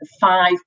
five